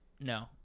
no